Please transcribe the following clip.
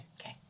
Okay